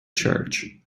church